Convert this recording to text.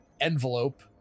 envelope